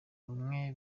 bamwe